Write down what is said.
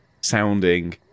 sounding